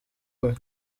uyu